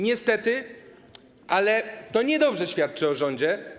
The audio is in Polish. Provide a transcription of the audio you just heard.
Niestety, ale to niedobrze świadczy o rządzie.